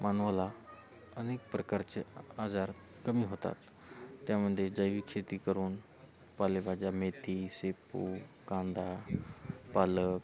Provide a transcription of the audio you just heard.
मानवाला अनेक प्रकारचे आजार कमी होतात त्यामध्ये जैविक शेती करून पालेभाज्या मेथी शेपू कांदा पालक